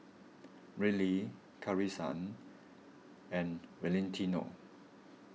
Rylee Carisa and Valentino